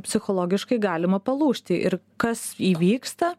psichologiškai galima palūžti ir kas įvyksta